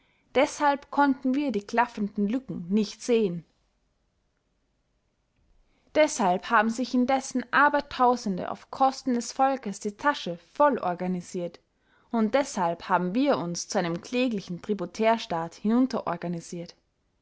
deshalb konnten wir die klaffenden lücken nicht sehen deshalb haben sich indessen abertausende auf kosten des volkes die tasche vollorganisiert und deshalb haben wir uns zu einem kläglichen